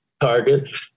target